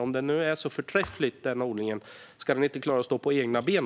Om den nu är så förträfflig, den odlingen, ska den då inte klara att stå på egna ben?